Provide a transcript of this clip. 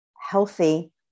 healthy